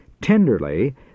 Tenderly